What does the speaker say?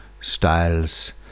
styles